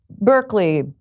Berkeley